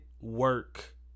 work